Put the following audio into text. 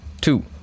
two